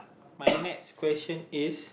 my next question is